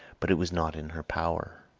but it was not in her power.